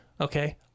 okay